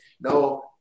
no